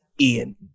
Ian